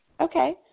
okay